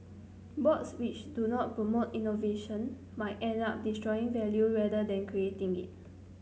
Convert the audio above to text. boards which do not promote innovation might end up destroying value rather than creating it